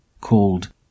called